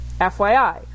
FYI